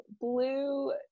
blue